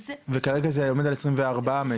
וכרגע זה עומד על 24 מטר.